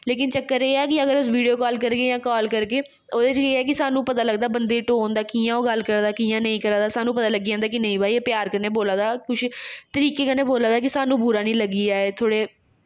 लेकिन चक्कर एह् ऐ कि अगर अस वीडियो कॉल करगे जां कॉल करगे ओह्दे च एह् ऐ कि सानूं पता लगदा बंदे दी टोन दा कि'यां ओह् गल्ल करा दा कि'यां नेईं करा दा सानूं पता लग्गी जंदा कि नेईं भाई एह् प्यार कन्नै बोला दा कुछ तरीके कन्नै बोला दा कि सानूं बुरा निं लग्गी जाए थोह्ड़े